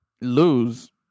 lose –